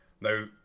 Now